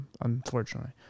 Unfortunately